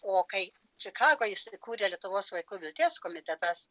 o kai čikagoje įsikūrė lietuvos vaikų vilties komitetas